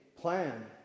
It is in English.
plan